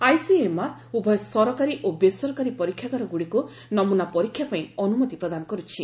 ICMR ଉଭୟ ସରକାରୀ ଓ ବେସରକାରୀ ପରୀକ୍ଷାଗାର ଗୁଡ଼ିକ୍ ନମୂନା ପରୀକ୍ଷା ପାଇଁ ଅନୁମତି ପ୍ରଦାନ କରୁଛି